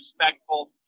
respectful